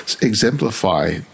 exemplify